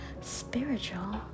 Spiritual